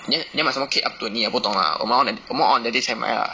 你要你要买什么 cake up to 你我不懂 ah 我们 on tha~ 我们 on that day 才买 ah